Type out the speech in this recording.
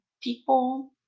people